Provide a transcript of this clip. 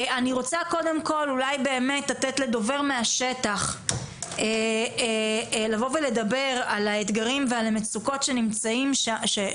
אני רוצה לתת לדובר מהשטח לבוא ולדבר על האתגרים ועל המצוקות שיש.